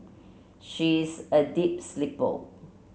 she is a deep sleeper